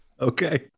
Okay